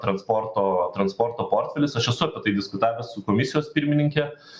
transporto transporto portfelis aš esu diskutavęs su komisijos pirmininke